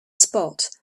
spot